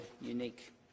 unique